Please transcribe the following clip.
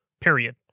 period